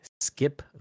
Skip